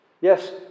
Yes